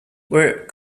were